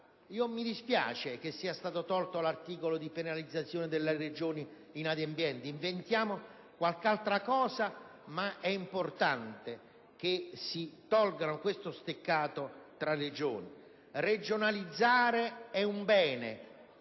Mi dispiace che sia stato soppresso l'articolo recante le misure di penalizzazione delle Regioni inadempienti. Inventiamo qualche altra cosa, ma è importante che si tolga questo steccato tra Regioni. Regionalizzare è un bene,